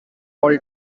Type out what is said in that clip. all